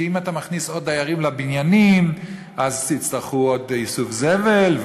כי אם אתה מכניס עוד דיירים לבניינים אז יצטרכו עוד איסוף זבל,